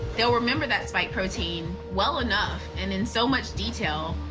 they'll remember that spike protein well enough, and in so much detail,